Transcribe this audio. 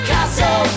Castle